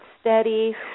steady